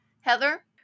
Heather